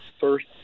first